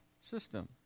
system